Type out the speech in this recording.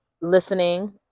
listening